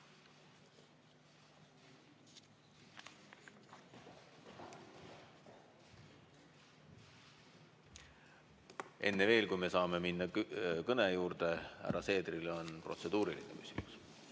enne veel, kui me saame minna kõne juurde, on härra Seederil protseduuriline küsimus.